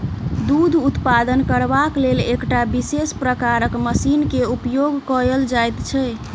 दूध उत्पादन करबाक लेल एकटा विशेष प्रकारक मशीन के उपयोग कयल जाइत छै